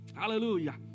hallelujah